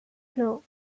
floor